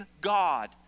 God